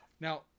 now